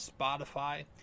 Spotify